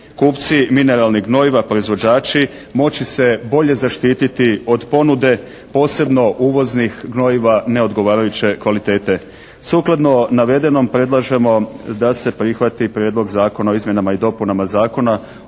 kupci mineralnih gnojiva proizvođači, moći se bolje zaštiti od ponude posebno uvoznih gnojiva neodgovarajuće kvalitete. Sukladno navedenom predlažemo da se prihvati Prijedlog zakona o izmjenama i dopunama Zakona